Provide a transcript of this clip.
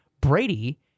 Brady